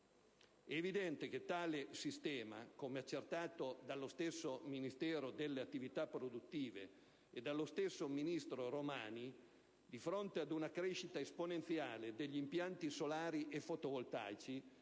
È evidente che tale sistema (come accertato dal Ministero delle attività produttive e dallo stesso ministro Romani), di fronte ad una crescita esponenziale degli impianti solari e fotovoltaici,